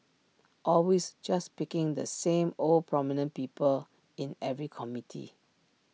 always just picking the same old prominent people in every committee